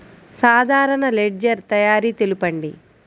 సాధారణ లెడ్జెర్ తయారి తెలుపండి?